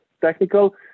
technical